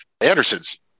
anderson's